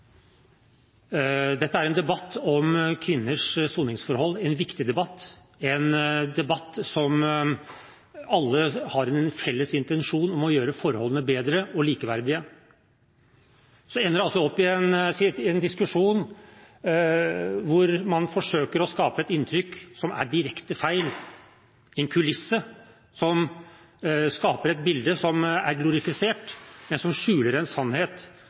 Dette er en debatt om kvinners soningsforhold – en viktig debatt, en debatt der alle har en felles intensjon om å gjøre forholdene bedre og likeverdige. Så ender det altså opp i en diskusjon der man forsøker å skape et inntrykk som er direkte feil – en kulisse som skaper et bilde som er glorifisert, men som skjuler en sannhet